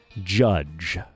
judge